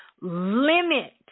limit